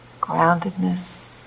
groundedness